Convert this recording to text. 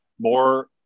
more